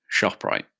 ShopRite